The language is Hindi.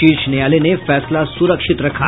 शीर्ष न्यायालय ने फैसला सुरक्षित रखा